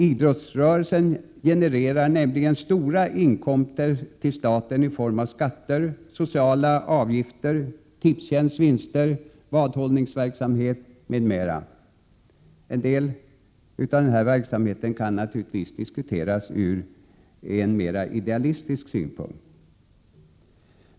Idrottsrörelsen genererar nämligen stora inkomster till staten i form av skatter, sociala avgifter, Tipstjänstsvinster, vadhållningsverksamhet m.m. En del av denna verksamhet kan naturligtvis diskuteras ur mera idealistisk synpunkt.